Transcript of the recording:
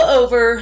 over